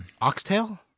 Oxtail